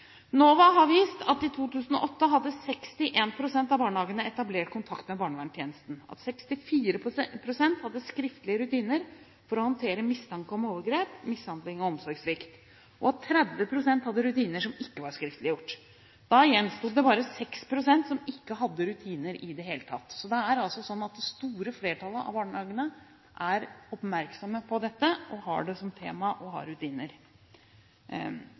barnehagene etablert kontakt med barnevernstjenesten, at 64 pst. hadde skriftlige rutiner for å håndtere mistanke om overgrep, mishandling og omsorgssvikt, og at 30 pst. hadde rutiner som ikke var skriftliggjort. Da gjensto det bare 6 pst. som ikke hadde rutiner i det hele tatt. Det er slik at det store flertallet av barnehagene er oppmerksomme på dette, har det som tema og har